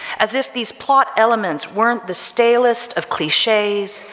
as if these plot elements weren't the stalest of cliches,